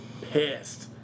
pissed